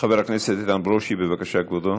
חבר הכנסת איתן ברושי, בבקשה, כבודו.